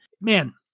man